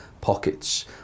pockets